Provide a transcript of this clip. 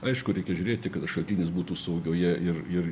aišku reikia žiūrėti kad šaltinis būtų saugioje ir ir